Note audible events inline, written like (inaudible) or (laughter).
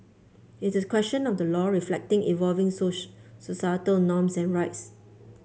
it's a question of the law reflecting evolving (unintelligible) societal norms and rights